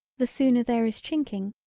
the sooner there is chinking,